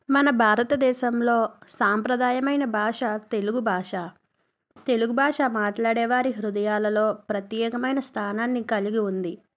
మన భారతదేశంలో సాంప్రదాయమైన భాష తెలుగు భాష తెలుగు భాష మాట్లాడే వారి హృదయాలలో ప్రత్యేకమైన స్థానాన్ని కలిగి ఉంది